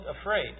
afraid